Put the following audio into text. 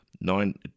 nine